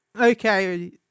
Okay